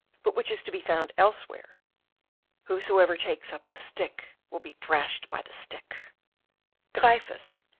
but which is to be found elsewhere whosoever takes up the stick will be thrashed by the stick gryphus,